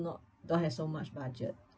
not don't have so much budget